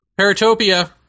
Paratopia